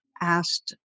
asked